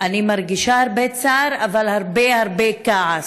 אני מרגישה הרבה צער, אבל הרבה הרבה כעס,